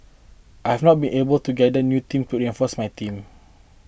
I have not been able to gather new team to reinforce my team